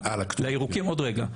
לירוקים עוד רגע.